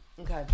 okay